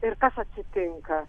ir kas atsitinka